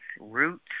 roots